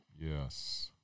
Yes